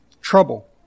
Trouble